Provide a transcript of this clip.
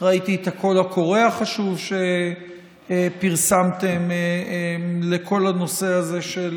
ראיתי את הקול הקורא החשוב שפרסמתם בכל הנושא הזה של